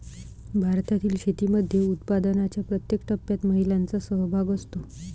भारतातील शेतीमध्ये उत्पादनाच्या प्रत्येक टप्प्यात महिलांचा सहभाग असतो